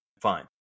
fine